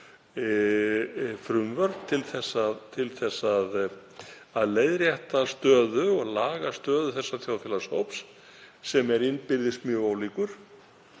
frumvörp til að leiðrétta og laga stöðu þessa þjóðfélagshóps, sem er innbyrðis mjög ólíkur,